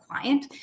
client